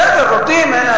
בסדר, נותנים.